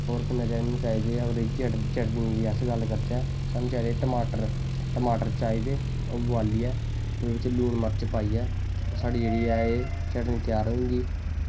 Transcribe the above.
होर कोई चीज नेईं चाहिदी ऐ एह्दी चटनी दी अस गल्ल करचै सानूं चाहिदे टमाटर टमाटर चाहिदे उबालियै ओह्दै बिच्च लून मर्च पाइयै साढ़ी जेह्ड़ी ऐ चटनी त्यार होई जंदी